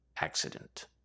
accident